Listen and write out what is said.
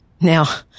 Now